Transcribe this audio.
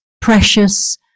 precious